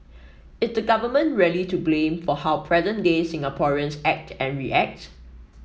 is the Government really to blame for how present day Singaporeans act and react